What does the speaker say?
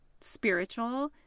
spiritual